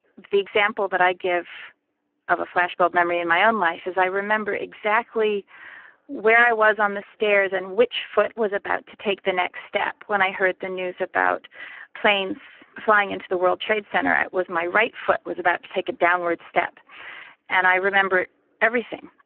the example that i give of a flashbulb memory in my own life is i remember exactly where i was on the stairs and which foot was about to take the next step when i heard the news about planes flying into the world trade centre, my right foot was about to take a downward step and i remember everything,